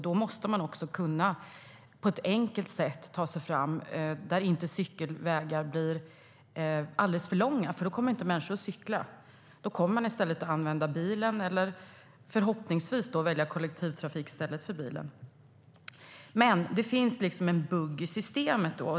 Då måste man på ett enkelt sätt kunna ta sig fram på cykelvägar som inte är alldeles för långa, för då kommer inte människor att cykla. Då kommer man i stället att använda bilen eller, förhoppningsvis, välja kollektivtrafik i stället för bilen. Men det finns en bugg i systemet.